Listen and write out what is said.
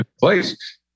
place